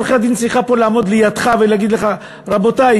לשכת עורכי-הדין צריכה פה לעמוד לידך ולהגיד לך: רבותי,